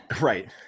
Right